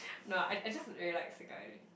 no I I just really like single eyelid